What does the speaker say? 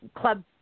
club